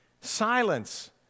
Silence